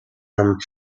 and